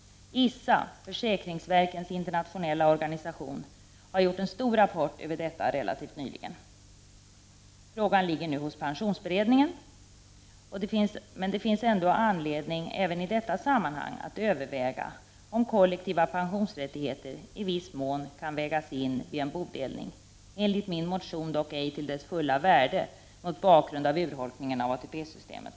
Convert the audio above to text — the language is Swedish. ISSA, försäkringsverkens internationella organisation, har skrivit en stor rapport om detta relativt nyligen. Frågan ligger nu hos pensionsberedningen, men det finns ändå anledning att även i detta sammanhang överväga om kollektiva pensionsrättigheter i viss mån kan vägas in vid en bodelning. Enligt min motion kan detta dock inte ske till det fulla värdet, mot bakgrund av urholkningen av ATP-systemet.